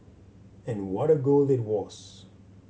and what a goal it was